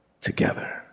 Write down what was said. together